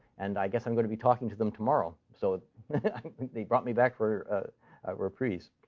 and i guess i'm going to be talking to them tomorrow. so they brought me back for a reprise.